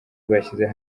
bashyize